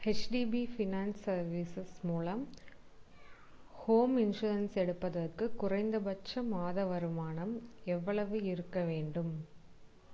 HDB finance services மூலம் home insurance எடுப்பதற்கு குறைந்தபட்ச மாத வருமானம் எவ்வளவு இருக்கவேண்டும்